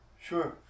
sure